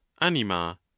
anima